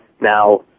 Now